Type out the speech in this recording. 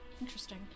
Interesting